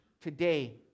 today